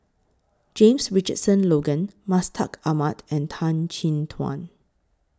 James Richardson Logan Mustaq Ahmad and Tan Chin Tuan